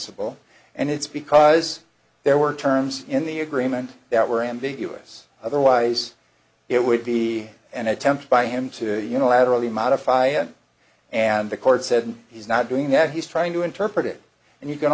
ble and it's because there were terms in the agreement that were ambiguous otherwise it would be an attempt by him to unilaterally modify it and the court said he's not doing that he's trying to interpret it and you can